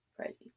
crazy